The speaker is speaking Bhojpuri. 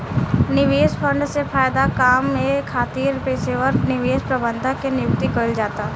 निवेश फंड से फायदा कामये खातिर पेशेवर निवेश प्रबंधक के नियुक्ति कईल जाता